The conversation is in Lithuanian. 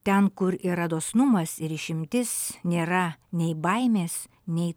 ten kur yra dosnumas ir išmintis nėra nei baimės nei